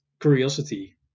curiosity